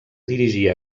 dirigia